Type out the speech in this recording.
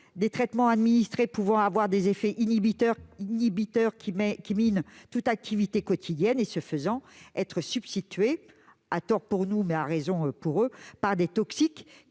les traitements administrés peuvent avoir des effets inhibiteurs qui minent toute activité quotidienne, de sorte qu'on peut leur substituer, à tort pour nous, mais à raison pour les patients, des toxiques